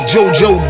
Jojo